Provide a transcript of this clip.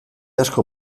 asko